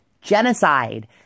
genocide